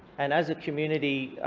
and as a community,